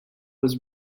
was